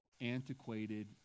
antiquated